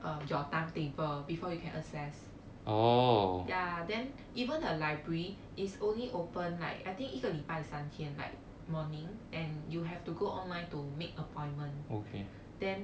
uh your timetable before you can access ya then even the library is only open like I think 一个礼拜三天 like morning and you have to go online to make appointment then